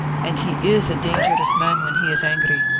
and he is a dangerous man when he is angry.